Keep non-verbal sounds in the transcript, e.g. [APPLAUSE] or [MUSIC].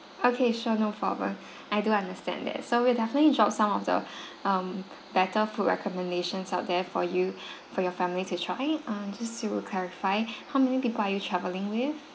okay sure no problem I do understand that so we're definitely drop some of the [BREATH] um better food recommendations out there for you [BREATH] for your family to try uh just see we'll clarify how many people are you travelling with